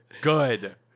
Good